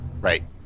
Right